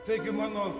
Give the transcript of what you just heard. taigi mano